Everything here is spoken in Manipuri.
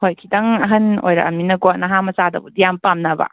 ꯍꯣꯏ ꯈꯤꯇꯪ ꯑꯍꯟ ꯑꯣꯏꯔꯛꯑꯃꯤꯅꯀꯣ ꯅꯍꯥ ꯃꯆꯥꯗꯕꯨꯗꯤ ꯌꯥꯝ ꯄꯥꯝꯅꯕ